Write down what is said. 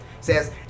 says